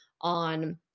on